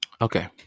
Okay